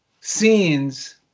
scenes